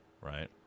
right